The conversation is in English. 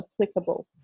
applicable